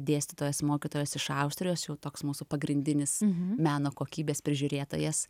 dėstytojas mokytojas iš austrijos jau toks mūsų pagrindinis meno kokybės prižiūrėtojas